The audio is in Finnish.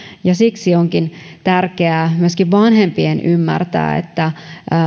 ja siksi onkin tärkeää myöskin vanhempien ymmärtää että